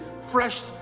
fresh